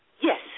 Yes